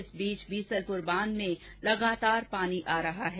इस बीच बीसलपुर बांध में लगातार पानी आ रहा है